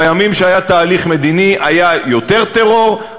בימים שהיה תהליך מדיני היה יותר טרור,